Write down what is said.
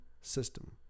system